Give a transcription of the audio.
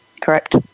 correct